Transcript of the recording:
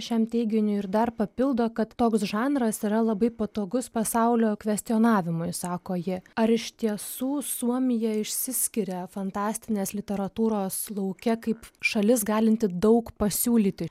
šiam teiginiui ir dar papildo kad toks žanras yra labai patogus pasaulio kvestionavimui sako ji ar iš tiesų suomija išsiskiria fantastinės literatūros lauke kaip šalis galinti daug pasiūlyti